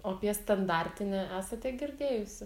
o apie standartinę esate girdėjusi